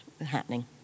happening